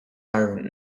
iron